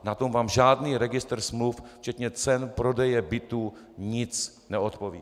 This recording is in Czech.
Na to vám žádný registr smluv včetně cen prodeje bytů nic neodpoví.